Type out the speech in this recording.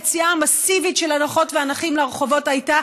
היציאה המסיבית של הנכות והנכים לרחובות הייתה